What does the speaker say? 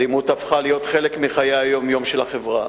האלימות הפכה להיות חלק מחיי היום-יום של החברה.